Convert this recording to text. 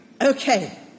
Okay